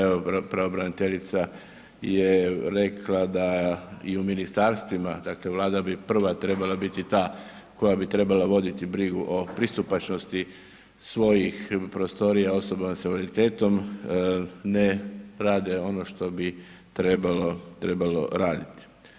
Evo pravobraniteljica je rekla da i u ministarstvima, dakle Vlada bi prva trebala biti ta koja bi trebala voditi brigu o pristupačnosti svojih prostorija osoba sa invaliditetom, ne rade ono što bi trebalo raditi.